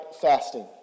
fasting